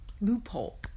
loophole